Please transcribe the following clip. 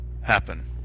happen